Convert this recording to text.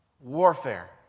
warfare